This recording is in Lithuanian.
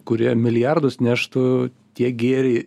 kurie milijardus neštų tiek gėrį